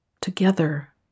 Together